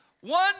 One